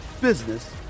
business